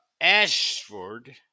ashford